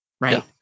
right